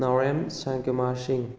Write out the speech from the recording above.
ꯅꯥꯎꯔꯦꯝ ꯁ꯭ꯌꯥꯝꯀꯨꯃꯥꯔ ꯁꯤꯡ